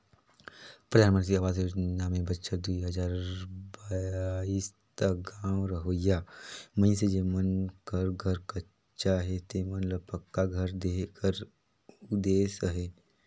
परधानमंतरी अवास योजना में बछर दुई हजार बाइस तक गाँव रहोइया मइनसे जेमन कर घर कच्चा हे तेमन ल पक्का घर देहे कर उदेस अहे